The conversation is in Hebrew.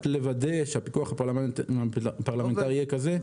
רק לוודא שהפיקוח הפרלמנטרי יהיה כזה שיוכל